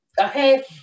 Okay